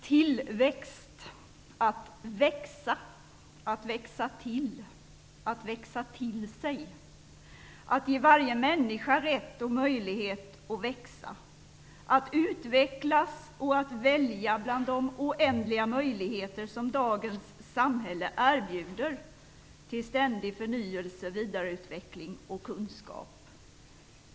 Tillväxt är att växa, att växa till, att växa till sig, att ge varje människa rätt och möjlighet att växa, utvecklas och att välja bland de oändliga möjligheter till ständig förnyelse, vidareutveckling och kunskap som dagens samhälle erbjuder.